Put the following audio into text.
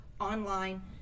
online